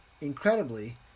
incredibly